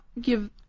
give